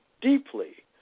deeply